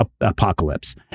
apocalypse